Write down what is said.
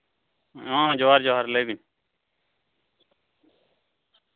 ᱦᱚᱸ ᱡᱚᱦᱟᱨ ᱡᱚᱦᱟᱨ ᱞᱟᱹᱭ ᱵᱤᱱ